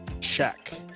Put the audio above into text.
Check